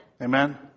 Amen